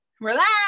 relax